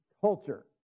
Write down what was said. culture